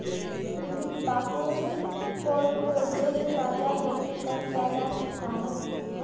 विविधतापूर्ण पोर्टफोलियो से बाजार जोखिम कम किया जा सकता है